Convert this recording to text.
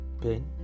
pen